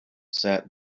said